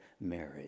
marriage